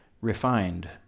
refined